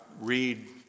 read